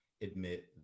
admit